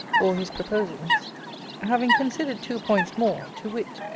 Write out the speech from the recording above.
or his proposals having considered two points more to wit,